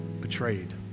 betrayed